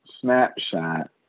snapshot